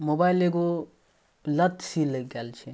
mobile एगो लतसन लागि गेल छै